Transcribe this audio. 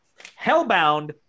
hellbound